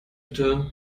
bitte